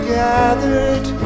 gathered